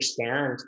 understand